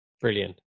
Brilliant